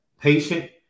patient